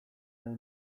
nahi